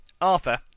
Arthur